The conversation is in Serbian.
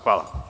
Hvala.